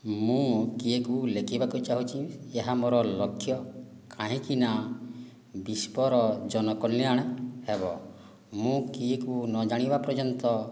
ମୁଁ କିଏକୁ ଲେଖିବାକୁ ଚାହୁଁଛି ଏହା ମୋର ଲକ୍ଷ୍ୟ କାହିଁକିନା ବିଶ୍ଵର ଜନକଲ୍ୟାଣ ହେବ ମୁଁ କିଏକୁ ନଜାଣିବା ପର୍ଯ୍ୟନ୍ତ